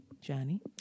Johnny